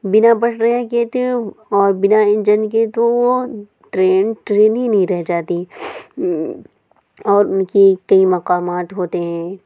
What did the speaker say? بنا پٹریوں کے تو اور بنا انجن کے تو وہ ٹرین ٹرین ہی نہیں رہ جاتی اور ان کی کئی مقامات ہوتے ہیں